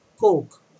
Coke